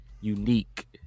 unique